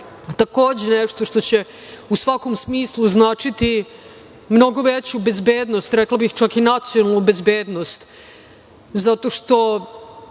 Takođe, nešto što će u svakom smislu značiti mnogo veću bezbednost, rekla bih čak i nacionalnu bezbednost zato što